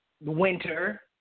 winter